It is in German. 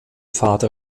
vater